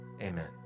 Amen